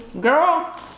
Girl